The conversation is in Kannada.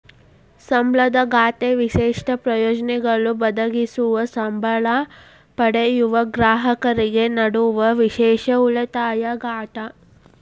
ಸಂಬಳದ ಖಾತಾ ವಿಶಿಷ್ಟ ಪ್ರಯೋಜನಗಳು ಒದಗಿಸುವ ಸಂಬ್ಳಾ ಪಡೆಯುವ ಗ್ರಾಹಕರಿಗೆ ನೇಡುವ ವಿಶೇಷ ಉಳಿತಾಯ ಖಾತಾ